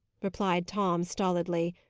replied tom, stolidly.